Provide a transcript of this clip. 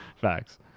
Facts